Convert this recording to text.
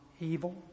evil